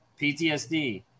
PTSD